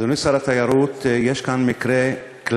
אדוני שר התיירות, יש כאן מקרה קלאסי